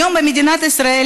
היום במדינת ישראל